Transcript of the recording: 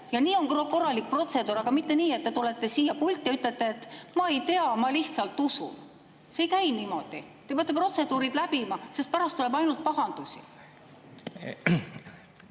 ja nii on korralik protseduur, aga mitte nii, et te tulete siia pulti ja ütlete, et ma küll ei tea, aga ma lihtsalt usun. See ei käi niimoodi. Te peate protseduurid läbima, sest muidu tuleb pärast pahandusi.